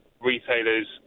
retailers